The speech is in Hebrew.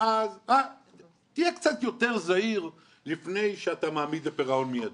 אז תהיה קצת זהיר לפני שאתה מעמיד לפירעון מידי.